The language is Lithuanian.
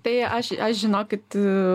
tai aš aš žinokit